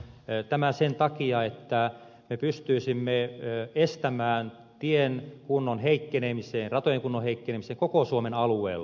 tämä sen takia että me pystyisimme estämään tien kunnon heikkenemisen ratojen kunnon heikkenemisen koko suomen alueella